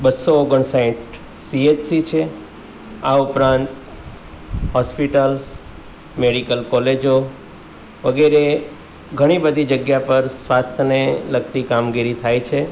બસો ઓગણસાઠ સીએચસી છે આ ઉપરાંત હોસ્પિટલ્સ મેડિકલ કોલેજો વગેરે ઘણી બધી જગ્યા પર સ્વાસ્થ્યને લગતી કામગીરી થાય છે